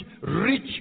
rich